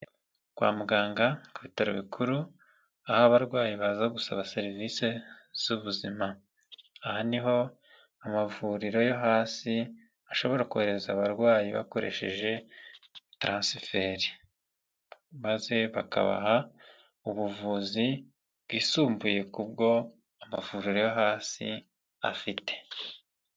Kwa muganga ku bitaro bikuru, aho abarwayi baza gusaba serivise z'ubuzima. Aha niho amavuriro yo hasi ashobora kohereza abarwayi bakoresheje taransiferi, maze bakabaha ubuvuzi bwisumbuye k'ubwo amavuriro yo hasi afite.